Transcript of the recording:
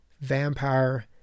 vampire